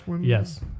Yes